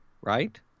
Right